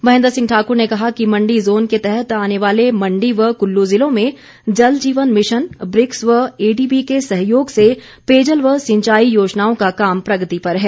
महेन्द्र सिह ठाकुर ने कहा कि मण्डी जोन के तहत आने वाले मण्डी व कुल्लू जिलों में जल जीवन मिशन ब्रिक्स व एडीबी के सहयोग से पेयजल व सिंचाई योजनाओं का काम प्रगति पर है